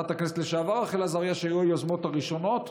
שהיו היוזמות הראשונות.